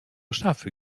szafy